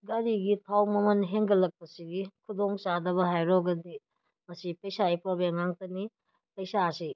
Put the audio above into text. ꯒꯥꯔꯤꯒꯤ ꯊꯥꯎ ꯃꯃꯜ ꯂꯦꯟꯒꯠꯂꯛꯄꯁꯤꯒꯤ ꯈꯨꯗꯣꯡꯆꯥꯗꯕ ꯍꯥꯏꯔꯣꯒꯗꯤ ꯃꯁꯤ ꯄꯩꯁꯥꯒꯤ ꯄ꯭ꯔꯣꯕ꯭ꯂꯦꯝ ꯉꯥꯛꯇꯅꯤ ꯄꯩꯁꯥꯁꯤ